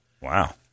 Wow